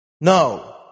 No